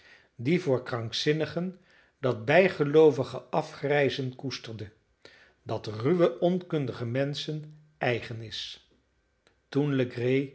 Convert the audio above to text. die voor krankzinnigen dat bijgeloovige afgrijzen koesterde dat ruwen onkundigen menschen eigen is toen